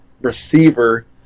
receiver